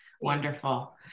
wonderful